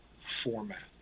format